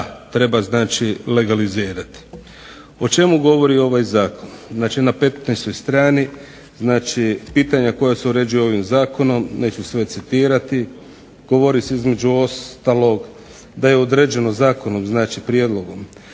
znači legalizirati. O čemu govori ovaj zakon? Znači na 15. strani znači pitanja koja se uređuju ovim zakonom, neću sve citirati, govori se između ostalog da je određeno zakonom, znači prijedlogom